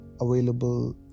available